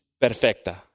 perfecta